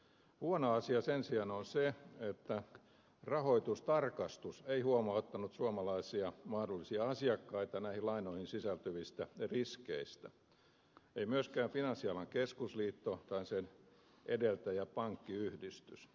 huono asia on sen sijaan se että rahoitustarkastus ei huomauttanut suomalaisia mahdollisia asiakkaita näihin lainoihin sisältyvistä riskeistä ei myöskään finanssialan keskusliitto tai sen edeltäjä pankkiyhdistys